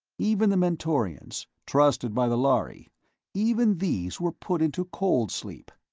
even the mentorians, trusted by the lhari even these were put into cold-sleep!